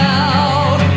out